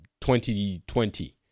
2020